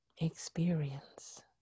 experience